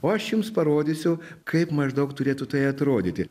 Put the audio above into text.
o aš jums parodysiu kaip maždaug turėtų tai atrodyti